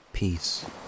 Peace